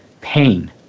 pain